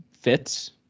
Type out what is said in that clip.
fits